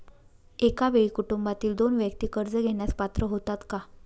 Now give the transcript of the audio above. एका वेळी कुटुंबातील दोन व्यक्ती कर्ज घेण्यास पात्र होतात का?